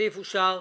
הצבעה בעד,